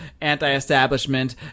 anti-establishment